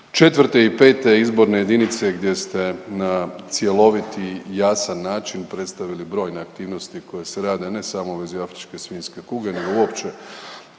iz IV. i V. izborne jedinice gdje ste na cjeloviti i jasan način predstavili brojne aktivnosti koje se rade ne samo u vezi afričke svinjske kuge nego uopće